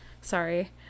sorry